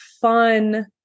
fun